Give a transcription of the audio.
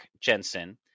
Jensen